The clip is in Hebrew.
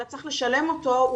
אלא צריך לשלם אותו,